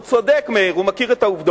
והוא צודק, מאיר, הוא מכיר את העובדות,